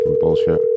Bullshit